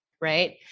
right